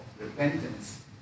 repentance